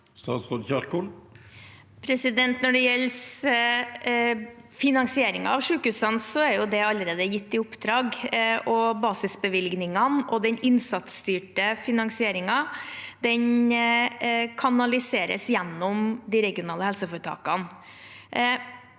Statsråd Ingvild Kjerkol Når det gjelder finansieringen av sykehusene, er det allerede gitt i oppdrag. Basisbevilgningene og den innsatsstyrte finansieringen kanaliseres gjennom de regionale helseforetakene.